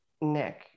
Nick